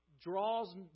draws